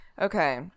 Okay